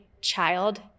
child